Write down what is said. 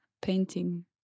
painting